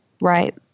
Right